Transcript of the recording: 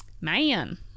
Man